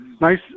Nice